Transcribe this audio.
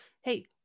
hey